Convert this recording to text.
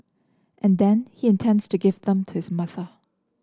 and then he intends to give them to his mother